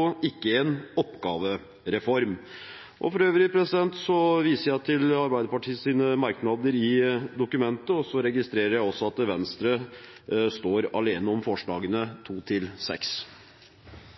og ikke en oppgavereform. For øvrig viser jeg til Arbeiderpartiets merknader i innstillingen, og jeg registrerer at Venstre står alene om forslagene nr. 2–6. Takk til